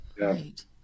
Right